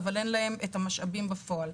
אבל אין להם את המשאבים בפועל.